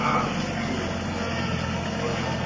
ஆ சரி போட்டுக் கொடுங்க